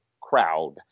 crowd